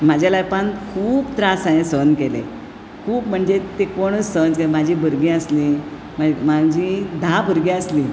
म्हाज्या लायफान खूब त्रास हायेन सहन केले खूब म्हणजे ते कोणूच सहन म्हाजी भुरगीं आसली माँ म्हाजीं धा भुरगीं आसलीं